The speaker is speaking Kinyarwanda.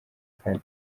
kane